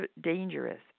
dangerous